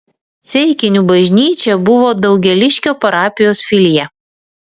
ceikinių bažnyčia buvo daugėliškio parapijos filija